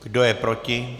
Kdo je proti?